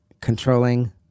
controlling